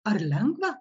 ar lengva